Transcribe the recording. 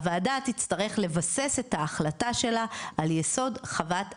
הוועדה תצטרך לבסס את ההחלטה שלה על יסוד חוות הדעת,